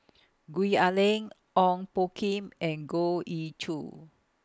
Gwee Ah Leng Ong Poh Kim and Goh Ee Choo